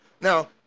Now